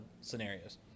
scenarios